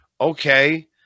okay